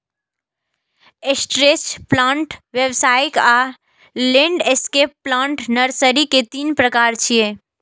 stretch plant, व्यावसायिक आ landscape plant nursery के तीन प्रकार छियै